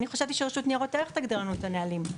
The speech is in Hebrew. אני חשבתי שהרשות לניירות ערך תגדיר לנו את הנהלים.